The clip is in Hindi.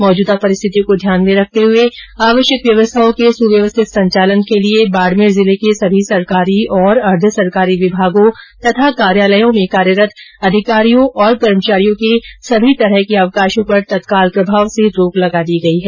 मौजूदा परिस्थितियों को ध्यान में रखते हुए आवश्यक व्यवस्थाओं के सुवस्थित संचालन के लिए बाड़मेर जिले के सभी सरकारी और अर्द्ध सरकारी विभागों तथा कार्यालयों में कार्यरत अधिकारियों तथा कर्मचारियों के सभी प्रकार के अवकाशों पर तत्काल प्रभाव से रोक लगा दी गई है